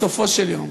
בסופו של דבר,